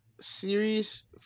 Series